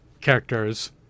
characters